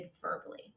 verbally